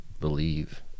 believe